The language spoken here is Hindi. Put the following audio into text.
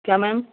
क्या मैम